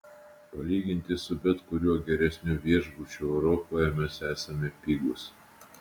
palyginti su bet kuriuo geresniu viešbučiu europoje mes esame pigūs